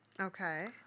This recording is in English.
Okay